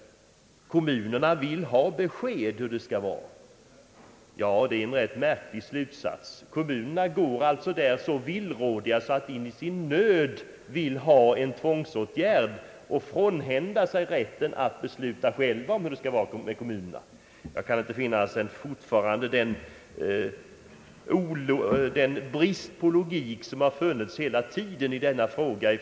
Kommunerna vill ha besked om hur det skall vara, sade statsrådet. Kommunerna är alltså så villrådiga att de i sin nöd vill ha en tvångsåtgärd och frånhända sig rätten att besluta själva. Jag kan inte finna annat än att det är ett uttryck för den brist på logik som regeringen visat hela tiden i denna fråga.